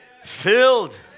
filled